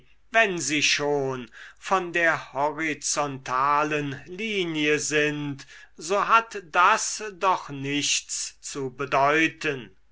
wenn sie schon von der horizontalen linie sind so hat das doch nichts zu bedeuten